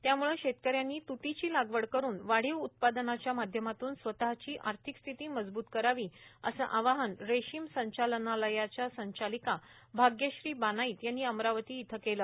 त्यामुळं शेतकऱ्यांनी त्तीची लागवड करुन वाढीव उत्पादनाच्या माध्यमातून स्वतःची आर्थिक स्थिती मजबूत करावीर असं आवाहन रेशीम संचालनालयाच्या संचालिका भाग्यश्री बानाईत यांनी अमरावती इथं केलं